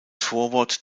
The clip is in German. vorwort